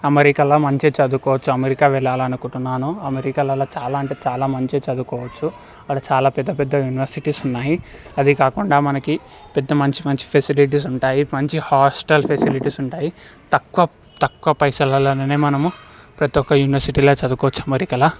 అమెరికాలో మంచిగ చదువుకోవచ్చు అమెరికా వెళ్లాలనుకుంటున్నాను అమెరికాలలో చాలా అంటే చాలా మంచిగ చదువుకోవచ్చు అక్కడ చాలా పెద్ద పెద్ద యూనివర్సిటీస్ ఉన్నాయి అది కాకుండా మనకి పెద్ద మంచి మంచి ఫెసిలిటీస్ ఉంటాయి మంచి హాస్టల్ ఫెసిలిటీస్ ఉంటాయి తక్కువ తక్కువ పైసలలోనే మనము ప్రతి ఒక్క యూనివర్సిటీలో చదువుకోవచ్చు అమెరికాలో